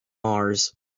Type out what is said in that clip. mars